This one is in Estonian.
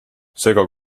sega